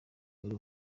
wari